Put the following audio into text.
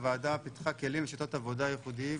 הוועדה פיתחה כלים ושיטות עבודה ייחודיים